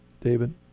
David